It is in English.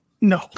No